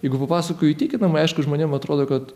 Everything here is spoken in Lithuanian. jeigu papasakoju įtikinamai aišku žmonėm atrodo kad